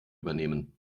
übernehmen